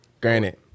Granted